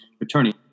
attorney